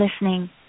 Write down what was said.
listening